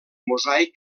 mosaic